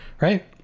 right